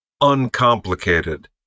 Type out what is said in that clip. uncomplicated